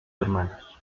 hermanos